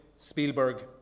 Spielberg